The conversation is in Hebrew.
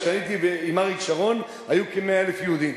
כשהייתי עם אריק שרון היו כ-100,000 יהודים,